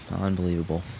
Unbelievable